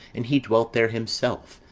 and he dwelt there himself,